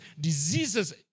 diseases